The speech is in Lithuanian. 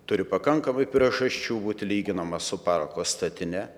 turiu pakankamai priežasčių būti lyginamas su parako statine